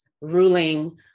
ruling